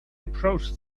approached